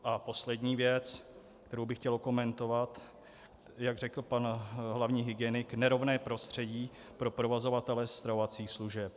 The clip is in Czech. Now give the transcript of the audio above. A poslední věc, kterou bych chtěl okomentovat, jak řekl pan hlavní hygienik, nerovné prostředí pro provozovatele stravovacích služeb.